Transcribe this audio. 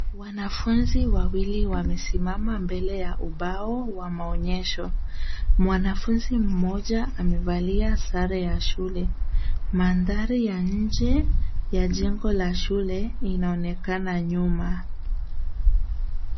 Wanafunzi wawili wamesimama mbele ya ubao wa maonyesho, mwanafunzi mmoja amavalia sare ya shule. Mandhari ya nje ya jengo la shule linaonekana nyuma.